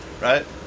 right